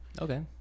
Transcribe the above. Okay